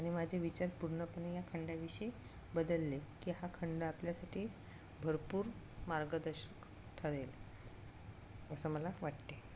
आणि माझे विचार पूर्णपणे या खंडाविषयी बदलले की हा खंड आपल्यासाठी भरपूर मार्गदर्शक ठरेल असं मला वाटते